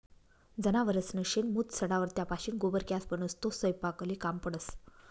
जनावरसनं शेण, मूत सडावर त्यापाशीन गोबर गॅस बनस, तो सयपाकले काम पडस